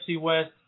West